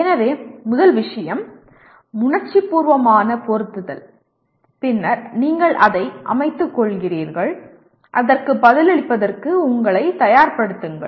எனவே முதல் விஷயம் உணர்ச்சிபூர்வமான பொருத்துதல் பின்னர் நீங்கள் அதை அமைத்துக்கொள்கிறீர்கள் அதற்கு பதிலளிப்பதற்கு உங்களை தயார்படுத்துங்கள்